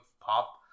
Pop